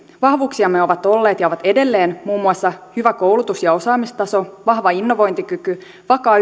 vahvuuksiamme ovat olleet ja ovat edelleen muun muassa hyvä koulutus ja osaamistaso vahva innovointikyky vakaa